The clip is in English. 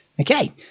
Okay